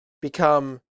become